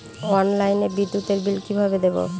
অনলাইনে বিদ্যুতের বিল কিভাবে দেব?